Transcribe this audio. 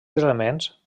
elements